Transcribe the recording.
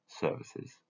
services